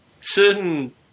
certain